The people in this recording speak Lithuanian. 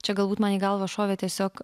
čia galbūt man į galvą šovė tiesiog